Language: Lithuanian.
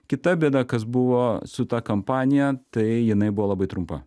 kita bėda kas buvo su ta kampanija tai jinai buvo labai trumpa